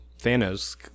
Thanos